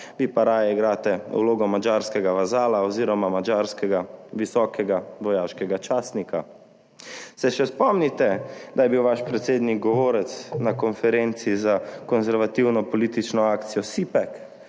vi pa raje igrate vlogo madžarskega vazala oziroma madžarskega visokega vojaškega častnika. Se še spomnite, da je bil vaš predsednik govorec na konferenci za konservativno politično akcijo CPAC,